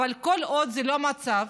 אבל כל עוד זה לא המצב,